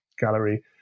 Gallery